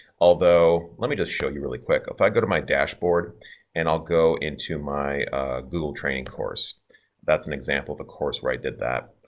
although let me just show you really quick. if i go to my dashboard and i'll go into my google training course that's an example of a course write that that.